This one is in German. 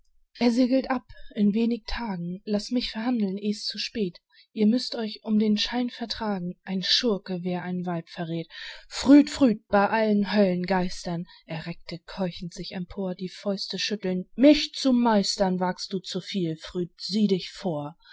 er segelt ab in wenig tagen laß mich verhandeln eh's zu spät ihr müßt euch um den schein vertragen ein schurke wer ein weib verräth früd früd bei allen höllengeistern er reckte keuchend sich empor die fäuste schüttelnd mich zu meistern wagst du zu viel früd sieh dich vor